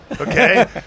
okay